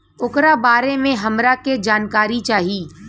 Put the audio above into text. ओकरा बारे मे हमरा के जानकारी चाही?